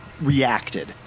reacted